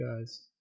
guys